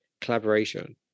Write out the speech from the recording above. collaboration